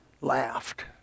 laughed